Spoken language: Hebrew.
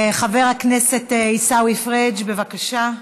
חבר הכנסת עיסאווי פריג', בבקשה.